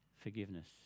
forgiveness